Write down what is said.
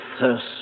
thirst